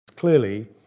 Clearly